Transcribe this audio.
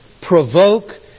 provoke